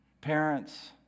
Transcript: Parents